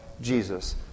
Jesus